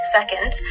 Second